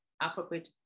appropriate